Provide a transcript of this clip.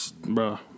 Bro